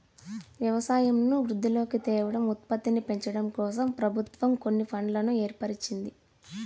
వ్యవసాయంను వృద్ధిలోకి తేవడం, ఉత్పత్తిని పెంచడంకోసం ప్రభుత్వం కొన్ని ఫండ్లను ఏర్పరిచింది